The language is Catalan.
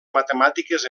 matemàtiques